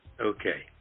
Okay